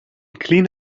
clean